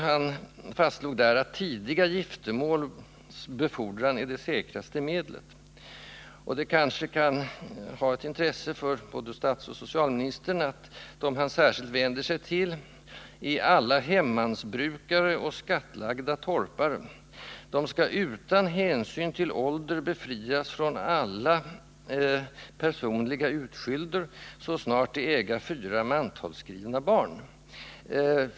Det fastslogs där att ”tidige Giftermåls befordrande” var ”the säkraste medel”. Och det kan kanske ha intresse för både statsoch socialministrarna att dem som man särskilt vänder sig till är ”alla hemmansbrukare eller Skattlagde Torpare”. De skulle utan hänsyn till ålder befrias från alla personliga utskylder ”så snart the äga Fyra Mantals skrefne Barn”.